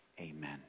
Amen